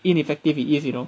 ineffective it is you know